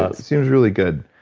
ah seems really good.